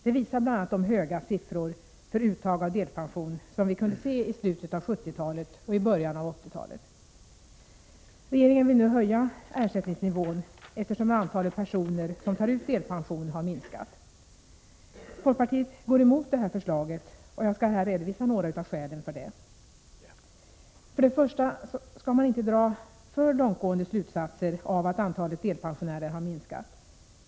Det visar bl.a. de höga siffror för uttag av delpension som vi kunde se i slutet av 1970-talet och i början av 1980-talet. Regeringen vill nu höja ersättningsnivån, eftersom antalet personer som tar ut delpension har minskat. Folkpartiet går emot detta förslag, och jag skall här redovisa några av skälen för det. För det första skall man inte dra för långtgående slutsatser av att antalet delpensionärer har minskat.